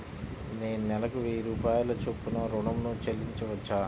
నేను నెలకు వెయ్యి రూపాయల చొప్పున ఋణం ను చెల్లించవచ్చా?